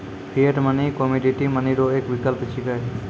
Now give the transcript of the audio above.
fiat money commodity money रो एक विकल्प छिकै